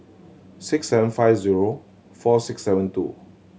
six seven five zero four six seven two